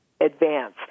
advance